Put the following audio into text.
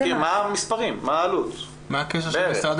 מה העלות התקציבית,